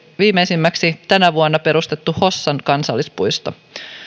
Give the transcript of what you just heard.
viimeisimmäksi tänä vuonna perustettu hossan kansallispuisto